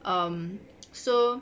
um so